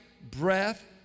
breath